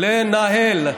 לנהל.